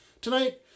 Tonight